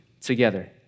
together